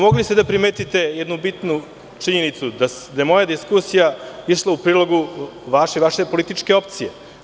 Mogli ste da primetite jednu bitnu činjenicu da je moja diskusija išla u prilogu vaše i vaše političke opcije.